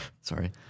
Sorry